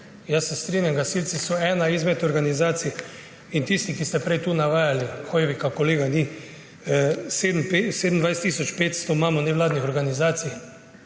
Jaz se strinjam, gasilci so ena izmed organizacij. Tisti, ki ste prej tu navajali, kolega Hoivika ni, 27 tisoč 500 imamo nevladnih organizacij,